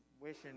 wishing